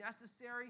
necessary